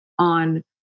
on